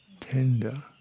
tender